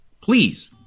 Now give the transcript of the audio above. Please